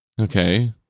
Okay